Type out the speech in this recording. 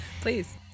Please